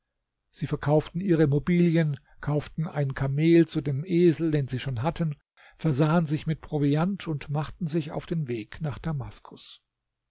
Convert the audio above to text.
sie verkauften ihre mobilien kauften ein kamel zu dem esel den sie schon hatten versahen sich mit proviant und machten sich auf den weg nach damaskus